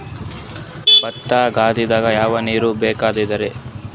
ಭತ್ತ ಗದ್ದಿಗ ಯಾವ ನೀರ್ ಬೇಕಾಗತದರೀ?